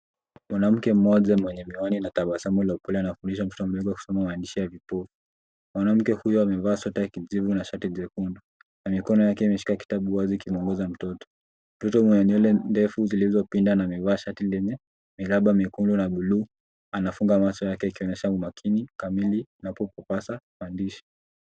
Mwanamke mmoja mwenye miwani na tabasamu la upole anakulisha mtoto mdogo akisoma maandishi ya vipofu. Mwanamke huyo amevaa sweta ya kijivu na shati jekundu na mikono yake imeshika kitabu wazi ikimwongoza mtoto, mtoto mwenye nywele ndefu zilizopinda na amevaa shati lenye miraba miekundu na buluu anafunga macho yake akionyesha umakini kamili na kupapasa maandishi.